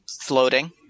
floating